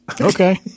okay